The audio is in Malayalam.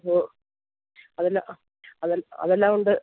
ഓ അതെല്ലാം അതെല്ലാമുണ്ട്